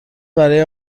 برای